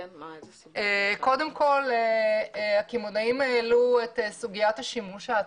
קודם כל, הקמעונאים העלו את סוגיית השימוש העצמי.